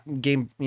game